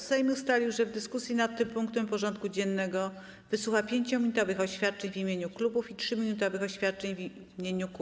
Sejm ustalił, że w dyskusji nad tym punktem porządku dziennego wysłucha 5-minutowych oświadczeń w imieniu klubów i 3-minutowych oświadczeń w imieniu kół.